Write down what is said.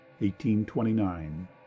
1829